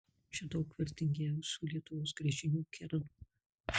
čia daug vertingiausių lietuvos gręžinių kernų